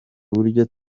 buryo